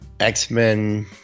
X-Men